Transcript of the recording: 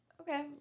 okay